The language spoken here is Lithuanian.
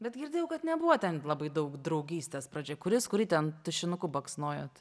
bet girdėjau kad nebuvo ten labai daug draugystės pradžioj kuris kurį ten tušinuku baksnojot